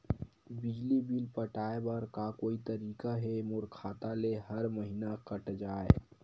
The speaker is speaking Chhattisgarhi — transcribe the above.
बिजली बिल पटाय बर का कोई तरीका हे मोर खाता ले हर महीना कट जाय?